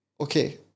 Okay